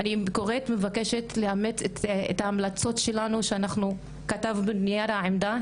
אני קוראת ומבקשת לאמץ את ההמלצות שלנו שאנחנו כתבנו בנייר העמדה.